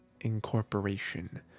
incorporation